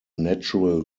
natural